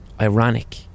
ironic